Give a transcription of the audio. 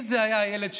אם זה היה הילד שלי.